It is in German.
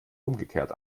umgekehrt